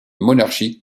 monarchie